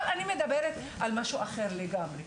אבל אני מדברת על משהו אחר לגמרי,